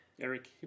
Eric